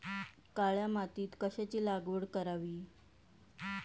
काळ्या मातीत कशाची लागवड करावी?